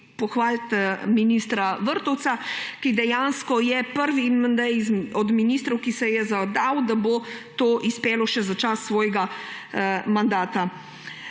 pohvaliti ministra Vrtovca, ki dejansko je prvi od ministrov, ki si je zadal, da bo to izpeljal še za čas svojega mandata.